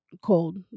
cold